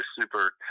super